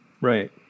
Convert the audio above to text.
Right